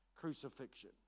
crucifixion